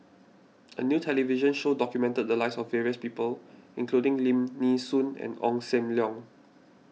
a new television show documented the lives of various people including Lim Nee Soon and Ong Sam Leong